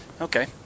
Okay